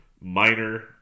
Minor